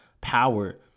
power